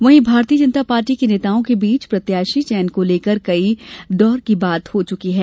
वहीं भारतीय जनता पार्टी के नेताओं के बीच प्रत्याशी चयन को लेकर कई दौर की बातचीत हो चुकी है